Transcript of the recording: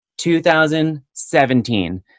2017